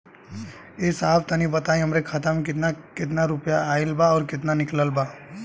ए साहब तनि बताई हमरे खाता मे कितना केतना रुपया आईल बा अउर कितना निकलल बा?